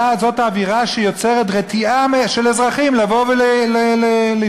זאת אווירה שיוצרת רתיעה של אזרחים מלבוא ולפגוע